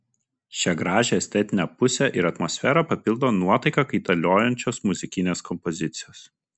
šią gražią estetinę pusę ir atmosferą papildo nuotaiką kaitaliojančios muzikinės kompozicijos